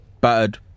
battered